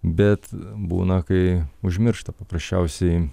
bet būna kai užmiršta paprasčiausiai